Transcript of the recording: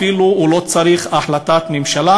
אפילו הוא לא צריך החלטת ממשלה,